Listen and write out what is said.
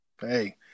Hey